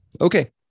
Okay